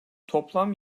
toplam